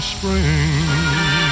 Spring